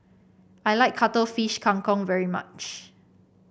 I like Cuttlefish Kang Kong very much